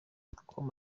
com